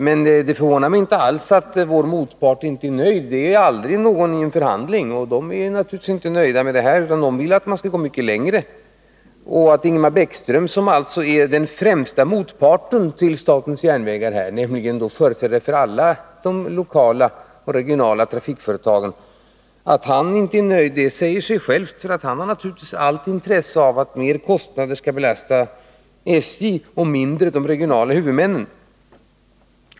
Men det förvånar mig inte alls att vår motpart inte är nöjd, det är aldrig någon vid en förhandling. Naturligtvis ville motparten att vi skulle gå mycket längre. Att Ingemar Bäckström — som är den främsta motparten till statens järnvägar, nämligen företrädare för alla de lokala och regionala trafikföretagen — inte är nöjd säger sig självt. Han har naturligtvis allt intresse av att mer kostnader skall belasta SJ och mindre de regionala huvudmännen.